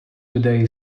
today